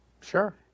Sure